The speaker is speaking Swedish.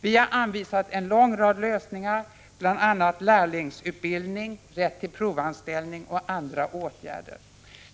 Vi har anvisat en lång rad lösningar, bl.a. lärlingsutbildning, rätt till provanställning och andra åtgärder.